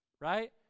right